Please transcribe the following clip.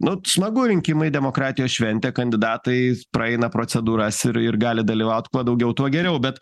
nu smagu rinkimai demokratijos šventė kandidatai praeina procedūras ir ir gali dalyvaut kuo daugiau tuo geriau bet